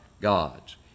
God's